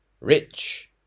rich